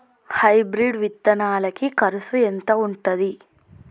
Hybrid విత్తనాలకి కరుసు ఎంత ఉంటది?